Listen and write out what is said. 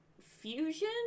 fusion